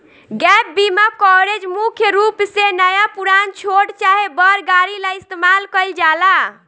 gap बीमा coverage मुख्य रूप से नया पुरान, छोट चाहे बड़ गाड़ी ला इस्तमाल कईल जाला